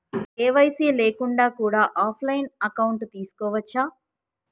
KYC లేకుండా కూడా offline account తీసుకోవచ్చా?